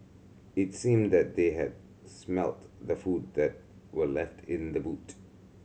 it seemed that they had smelt the food that were left in the boot